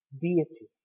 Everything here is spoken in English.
deity